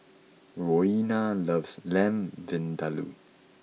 Roena loves Lamb Vindaloo